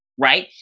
right